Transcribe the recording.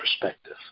perspective